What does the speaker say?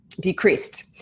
decreased